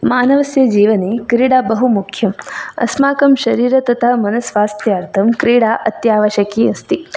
मानवस्य जीवने क्रीडा बहु मुख्यम् अस्माकं शरीर तथा मनस्स्वास्थ्यर्थं क्रीडा अत्यावश्यिकी अस्ति